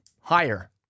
higher